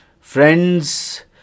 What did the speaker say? Friends